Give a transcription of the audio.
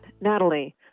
Natalie